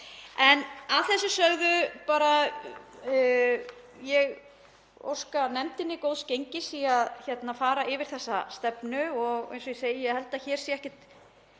Að þessu sögðu vil ég óska nefndinni góðs gengis í að fara yfir þessa stefnu og eins og ég segi, ég held að hér sé ekkert